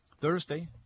Thursday